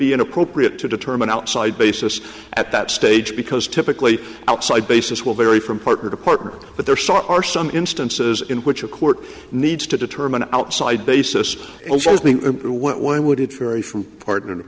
be inappropriate to determine outside basis at that stage because typically outside basis will vary from partner to partner but there are some instances in which a court needs to determine outside basis when would it vary from partner